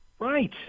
Right